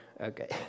Okay